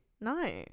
No